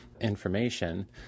information